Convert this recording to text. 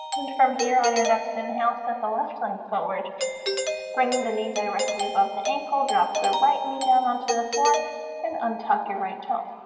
and from here on your next inhale set the left leg forward bringing the knee directly above the ankle drop the right knee down onto the floor and untuck your right toe